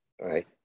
right